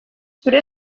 zure